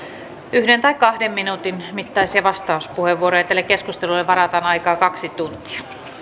yksi tai kahden minuutin mittaisia vastauspuheenvuoroja ja tälle keskustelulle varataan aikaa kaksi tuntia